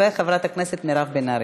וגם חברת הכנסת מירב בן ארי.